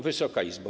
Wysoka Izbo!